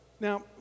Now